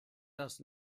das